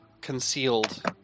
concealed